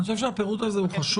אני חושב שהפירוט הזה חשוב.